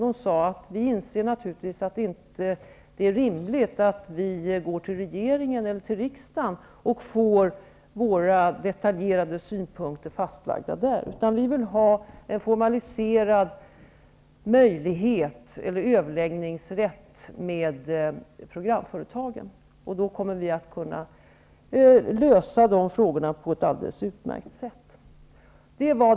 De sade att de insåg att det inte var rimligt att gå till regeringen och riksdagen för att få detaljerade synpunkter fastlagda där. De ville ha en annan formaliserad möjlighet i form av en överläggningsrätt med programföretagen. De menade att de då skulle kunna lösa dessa frågor på ett alldeles utmärkt sätt.